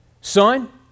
son